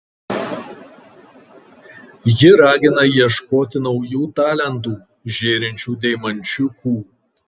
ji ragina ieškoti naujų talentų žėrinčių deimančiukų